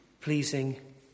pleasing